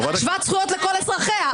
שוות זכויות לכל אזרחיה,